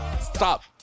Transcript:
Stop